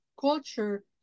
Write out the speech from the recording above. culture